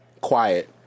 Quiet